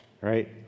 right